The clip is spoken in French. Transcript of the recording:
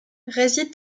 réside